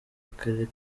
akarere